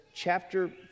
Chapter